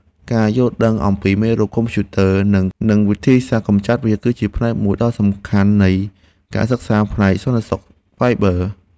ការយល់ដឹងអំពីមេរោគកុំព្យូទ័រ និងវិធីសាស្ត្រកម្ចាត់វា គឺជាផ្នែកមួយដ៏សំខាន់នៃការសិក្សាផ្នែកសន្តិសុខសាយប័រ។